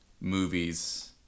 Movies